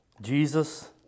Jesus